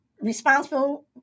responsible